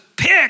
Pick